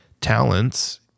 talents